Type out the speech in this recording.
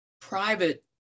private